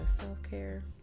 self-care